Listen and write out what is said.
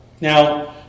Now